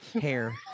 hair